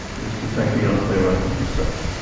is protect a young playwright from himself.